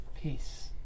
Peace